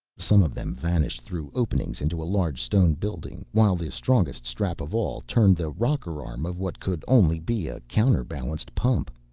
some of them vanished through openings into a large stone building, while the strongest strap of all turned the rocker arm of what could only be a counterbalanced pump.